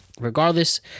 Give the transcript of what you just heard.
regardless